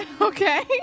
Okay